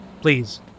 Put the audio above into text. please